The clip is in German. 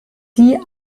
die